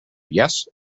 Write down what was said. yes